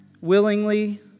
willingly